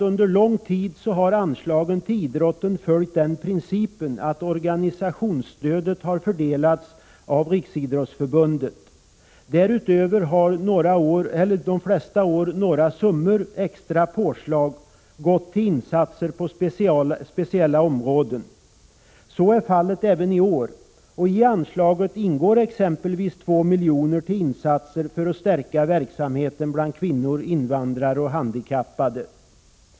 Under lång tid har anslagen till idrotten följt den principen att organisationsstödet har fördelats av Riksidrottsförbundet. Därutöver har de flesta år några summor, extra påslag, gått till insatser på speciella områden. Så är i fallet även i år. I anslaget ingår exempelvis 2 miljoner till insatser för att stärka verksamheten bland kvinnor, invandrare och handikappade.